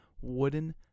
wooden